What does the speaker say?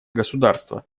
государства